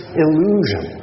illusion